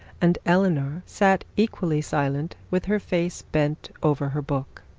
and eleanor sat equally silent with her face bent over her book.